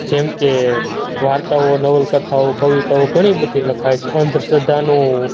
જેમકે વાર્તાઓ નવલકથાઓ કવિતાઓ ઘણી બધી લખાય છે અંધશ્રદ્ધાનું